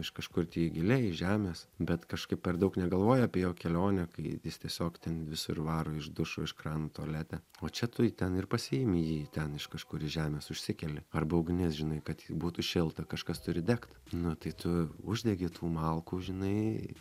iš kažkur giliai iš žemės bet kažkaip per daug negalvoji apie jo kelionę kai jis tiesiog ten visur varo iš dušo iš krano tualete o čia tu jį ten ir pasiimi jį ten iš kažkur iš žemės užsikeli arba ugnis žinai kad būtų šilta kažkas turi degt nu tai tu uždegi tų malkų žinai